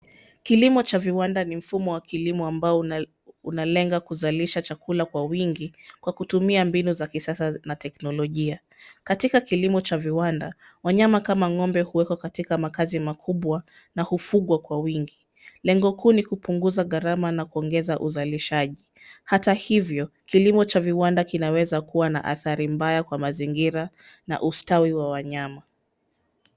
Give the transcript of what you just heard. Kilimo cha viwanda ni mfumo wa kilimo ambao unalenga kuzalisha chakula kwa wingi kwa kutumia mbinu za kisasa na teknolojia. Katika kilimo cha viwanda, wanyama kama ng'ombe huwekwa katika makazi makubwa na hufugwa kwa wingi, lengo kuu ni kupunguza gharama na kuongeza uzalishaji. Hata hivyo, kilimo cha viwanda kinaweza kuwa na athari mbaya kwa mazingira, na ustawi wa wanyama.